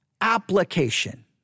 application